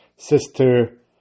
Sister